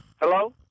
Hello